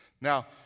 Now